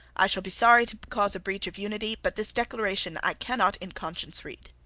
i shall be sorry to cause a breach of unity. but this declaration i cannot in conscience read.